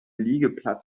liegeplatz